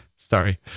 sorry